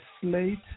slate